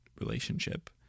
relationship